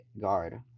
guard